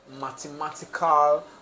mathematical